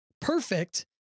perfect